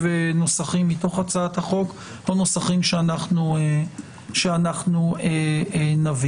נוסחים מתוך הצעת החוק לנוסחים שאנחנו נביא.